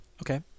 Okay